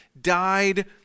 died